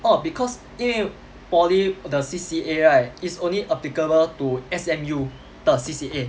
oh because 因为 poly the C_C_A right is only applicable to S_M_U 的 C_C_A